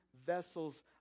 vessels